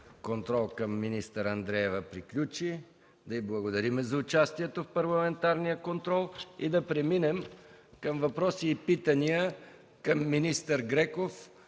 към министър Андреева приключи. Да й благодарим за участието в парламентарния контрол. Да преминем към въпроси и питания към министъра